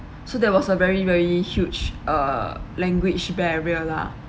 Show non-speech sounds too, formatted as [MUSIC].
[BREATH] so there was a very very huge uh language barrier lah